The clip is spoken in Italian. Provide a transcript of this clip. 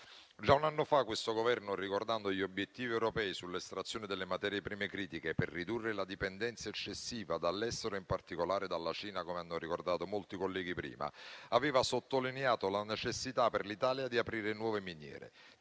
Già un anno fa questo Governo, ricordando gli obiettivi europei sull'estrazione delle materie prime critiche per ridurre la dipendenza eccessiva dall'estero, in particolare dalla Cina (come hanno ricordato molti colleghi prima), aveva sottolineato la necessità per l'Italia di aprire nuove miniere.